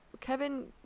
Kevin